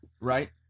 right